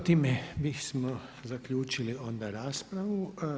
S time bismo zaključili onda raspravu.